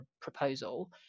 proposal